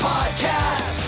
Podcast